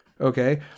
Okay